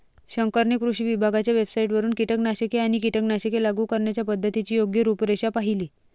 शंकरने कृषी विभागाच्या वेबसाइटवरून कीटकनाशके आणि कीटकनाशके लागू करण्याच्या पद्धतीची योग्य रूपरेषा पाहिली